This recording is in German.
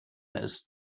ist